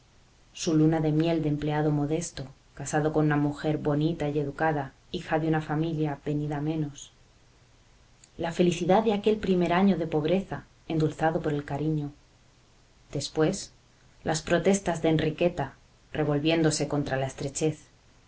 su luna de miel de empleado modesto casado con una mujer bonita y educada hija de una familia venida a menos la felicidad de aquel primer año de pobreza endulzado por el cariño después las protestas de enriqueta revolviéndose contra la estrechez